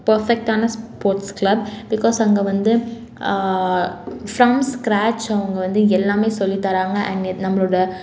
பர்ஃபெக்ட்டான sports club because அங்கே வந்து from scratch அவங்க வந்து எல்லாமே சொல்லித்தராங்க அண்டு நம்ளோட